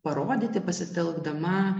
parodyti pasitelkdama